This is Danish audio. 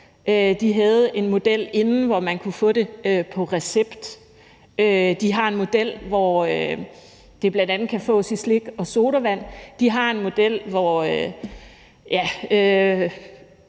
De havde en model inden, hvor man kunne få det på recept. De har en model, hvor det bl.a. kan fås i slik og sodavand. De har en model, hvor